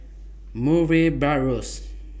Murray Buttrose